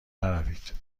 نروید